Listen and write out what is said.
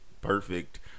perfect